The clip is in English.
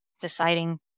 deciding